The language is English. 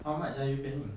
how much are you paying